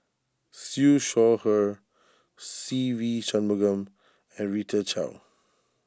Siew Shaw Her Se Ve Shanmugam and Rita Chao